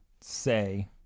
say